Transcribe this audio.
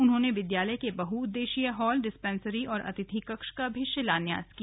उन्होंने विद्यालय के बहुउद्देशीय हॉल डिस्पेन्सरी और अतिथि कक्ष का शिलान्यास भी किया